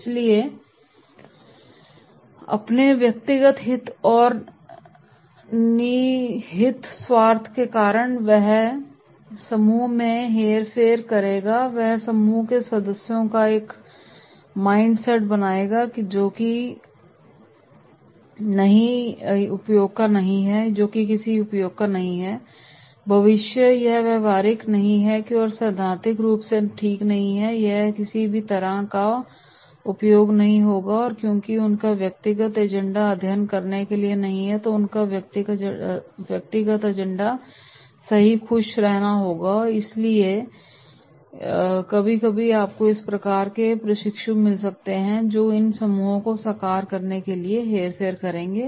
इसलिए अपने व्यक्तिगत हित और निहित स्वार्थ के कारण वह क्या करता है वह समूह में ही हेरफेर करेगा वह समूह के सदस्यों का एक माइंड सेट बनाएगा जो कि नहीं यह उपयोग का नहीं है भविष्य में यह व्यावहारिक नहीं है यह है सैद्धांतिक रूप से यह किसी भी तरह का उपयोग नहीं होगा और यह क्योंकि उनका व्यक्तिगत एजेंडा अध्ययन करने के लिए नहीं है उनका व्यक्तिगत एजेंडा सही खुश होना है इसलिए इसलिए कभी कभी आपको इस प्रकार के प्रशिक्षु मिल सकते हैं जो इन समूहों को साकार करने के लिए हेरफेर करेंगे